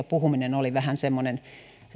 puhuminen oli vähän semmoinen